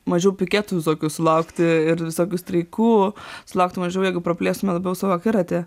mažiau piketų visokių sulaukti ir visokių streikų sulaukti mažiau jeigu praplėstume labiau savo akiratį